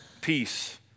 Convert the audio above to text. peace